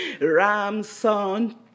ramson